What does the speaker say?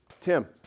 Tim